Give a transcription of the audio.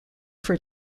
for